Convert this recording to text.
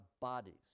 bodies